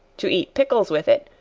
to eat pickles with it,